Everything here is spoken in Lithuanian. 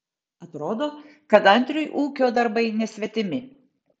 atrodo kad andriui ūkio darbai nesvetimi